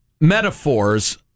metaphors